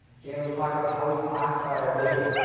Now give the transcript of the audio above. james will talk about how we classify our data,